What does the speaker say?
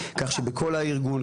כך שבכל הארגון,